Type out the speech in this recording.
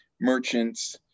merchants